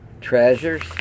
treasures